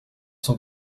sont